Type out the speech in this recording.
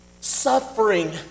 Suffering